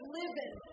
living